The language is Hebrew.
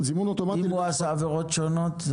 אם הוא עשה עבירות שונות?